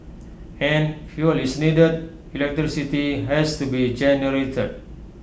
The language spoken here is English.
and fuel is needed electricity has to be generated